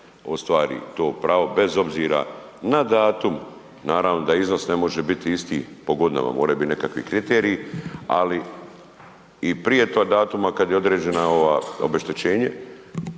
ostvari to pravo bez obzira na datum, naravno da iznos ne može biti isti po godinama, moraju biti nekakvi kriteriji, ali i prije tog datuma kad je određeno ovo obeštećenje,